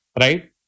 right